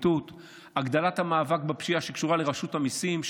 הגדלת המאבק בפשיעה שקשורה לרשות המיסים,